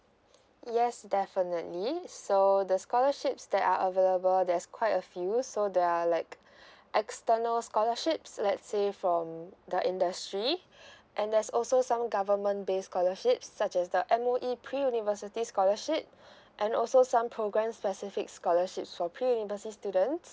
yes definitely so the scholarships that are available there's quite a few so there are like external scholarships let's say from the industry and there's also some government based scholarships such as the M_O_E pre university scholarship and also some program specific scholarships for pre university students